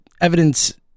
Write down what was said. evidence